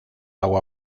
agua